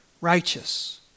righteous